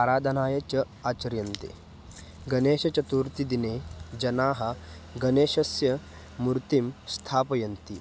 आराधनाय च आचर्यते गणेशचतुर्थीदिने जनाः गणेशस्य मूर्तिं स्थापयन्ति